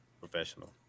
Professional